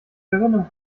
verwendung